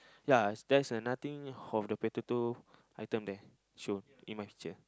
ya that's another thing of the potato item there shown in my picture